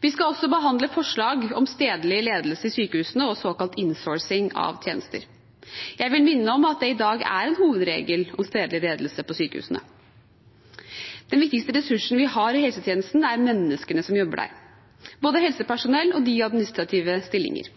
Vi skal også behandle forslag om stedlig ledelse i sykehusene og såkalt innsourcing av tjenester. Jeg vil minne om at det i dag er en hovedregel om stedlig ledelse på sykehusene. Den viktigste ressursen vi har i helsetjenesten, er menneskene som jobber der, både helsepersonell og de i administrative stillinger.